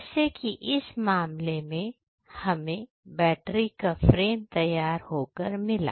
जैसे कि इस मामले में हमें बैटरी का फ्रेम तैयार होकर मिला